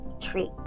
treat